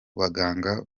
baganga